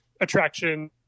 attraction